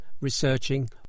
researching